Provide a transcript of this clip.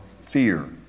fear